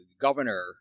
governor